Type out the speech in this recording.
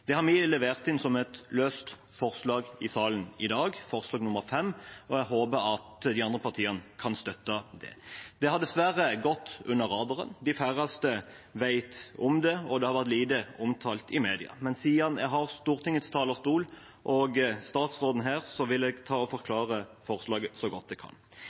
Det har vi levert inn som et løst forslag i salen i dag, forslag nr. 5, og jeg håper de andre partiene kan støtte det. Dette har dessverre gått under radaren, de færreste vet om det, og det har vært lite omtalt i media. Siden jeg har Stortingets talerstol og statsråden er her, vil jeg forklare forslaget så godt jeg kan.